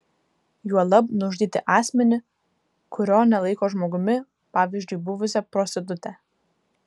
juolab nužudyti asmenį kurio nelaiko žmogumi pavyzdžiui buvusią prostitutę